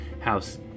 House